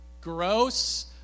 gross